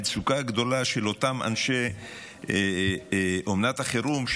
המצוקה הגדולה של אותם אנשי אומנת החירום,